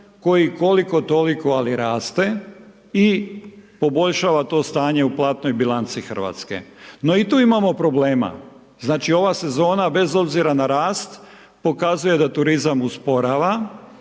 koji koliko toliko, ali raste i poboljšava to stanje u platnoj bilanci RH. No i tu imamo problema, znači, ova sezona, bez obzira na rast, pokazuje da turizam usporava